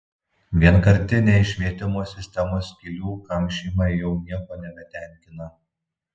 vienkartiniai švietimo sistemos skylių kamšymai jau nieko nebetenkina